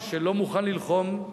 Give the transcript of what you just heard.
עם שלא מוכן ללחום,